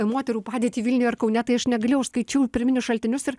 moterų padėtį vilniuje ir kaune tai aš negalėjau aš skaičiau pirminius šaltinius ir